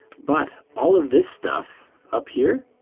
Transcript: but all of this stuff up here,